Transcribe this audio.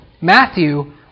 Matthew